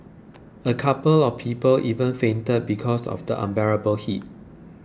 a couple of people even fainted because of the unbearable heat